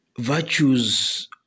virtues